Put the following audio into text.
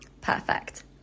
Perfect